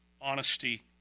honesty